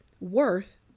worth